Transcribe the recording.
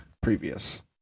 previous